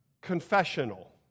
confessional